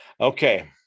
Okay